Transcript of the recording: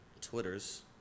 Twitters